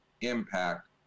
impact